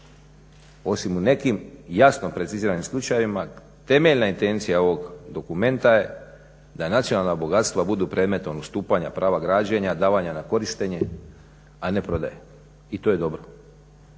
osim u nekim jasno preciziranim slučajevima, temeljna intencija ovog dokumenta je da nacionalna bogatstva budu predmetom ustupanja prava građenja, davanja na korištenje a ne prodaje. I to je dobro.